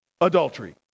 Adultery